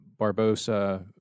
Barbosa